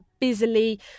busily